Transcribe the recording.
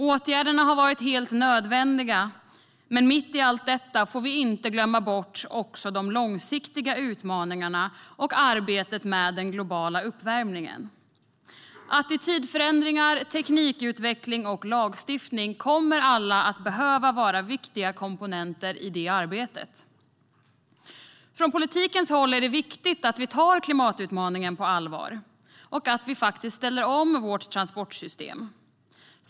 Åtgärderna har varit helt nödvändiga, men mitt i allt detta får vi inte glömma bort de långsiktiga utmaningarna och arbetet mot den globala uppvärmningen. Attitydförändringar, teknikutveckling och lagstiftning kommer alla att behöva vara viktiga komponenter i det arbetet. Från politikens håll är det viktigt att vi tar klimatutmaningen på allvar och ställer om vårt transportsystem.